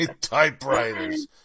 typewriters